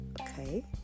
okay